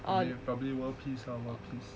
probably world peace